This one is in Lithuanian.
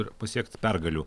ir pasiekt pergalių